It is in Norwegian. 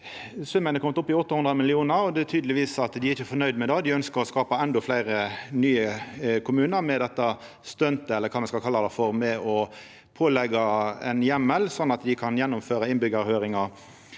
Summen er komen opp i 800 mill. kr, og det er tydeleg at dei ikkje er fornøgde med det. Dei ønskjer å skapa endå fleire nye kommunar med dette stuntet, eller kva me skal kalla det, ved å påleggja dei ein heimel sånn at dei kan gjennomføra innbyggjarhøyringar.